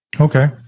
Okay